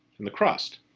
and the crust,